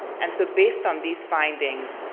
and so based on these findings,